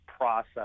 process